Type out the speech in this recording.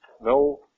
No